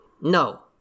No